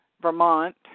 Vermont